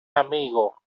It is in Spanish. amigo